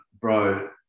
bro